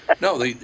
No